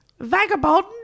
Vagabond